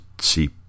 see